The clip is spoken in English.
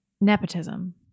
Nepotism